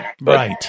Right